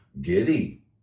Giddy